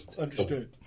understood